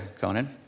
Conan